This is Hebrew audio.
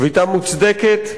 שביתה מוצדקת,